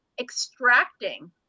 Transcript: extracting